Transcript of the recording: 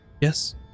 Yes